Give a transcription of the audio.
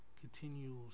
continues